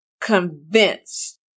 convinced